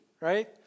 right